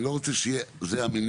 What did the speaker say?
נלך על 20%, אני לא רוצה שזה יהיה המניע.